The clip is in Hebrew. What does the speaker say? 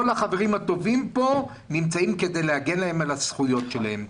החברים הטובים כאן נמצאים כדי להגן על הזכויות שלהם.